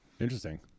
Interesting